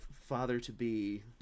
father-to-be